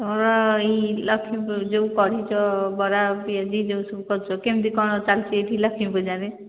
ମୋର ଏଇ ଲକ୍ଷ୍ମୀ ଯୋଉ କରିଛ ବରା ପିଆଜି ଯୋଉ ସବୁ କରିଛ କେମିତି କ'ଣ ଚାଲିଛି ଏଠି ଲକ୍ଷ୍ମୀ ପୂଜାରେ